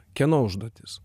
kieno užduotis